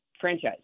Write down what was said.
franchise